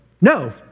no